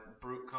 brute